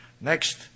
next